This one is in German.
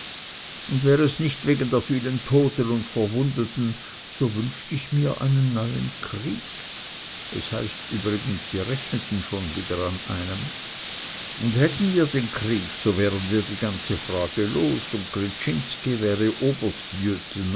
und wär es nicht wegen der vielen toten und verwundeten so wünscht ich mir einen neuen krieg es heißt übrigens sie rechneten schon wieder an einem und hätten wir den krieg so wären wir die ganze frage los und gryczinski wäre